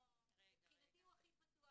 מבחינתי הוא הכי פתוח,